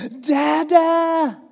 dada